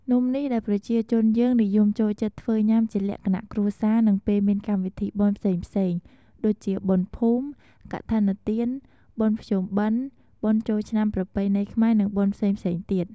នំនេះដែលប្រជាជនយើងនិយមចូលចិត្តធ្វើញាំជាលក្ខណៈគ្រួសារនិងពេលមានកម្មវិធីបុណ្យផ្សេងៗដូចជាបុណ្យភូមិ កឋិនទាន បុណ្យភ្ជុំបិណ្ឌ បុណ្យចូលឆ្នាំប្រពៃណីខ្មែរនិងបុណ្យផ្សេងៗទៀត។